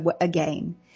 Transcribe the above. again